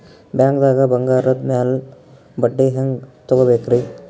ಬ್ಯಾಂಕ್ದಾಗ ಬಂಗಾರದ್ ಮ್ಯಾಲ್ ಬಡ್ಡಿ ಹೆಂಗ್ ತಗೋಬೇಕ್ರಿ?